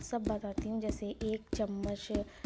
سب بتاتی ہوں جیسے ایک چمچ